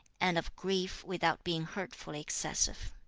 and of grief without being hurtfully excessive